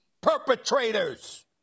perpetrators